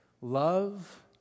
Love